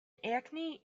acne